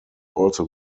also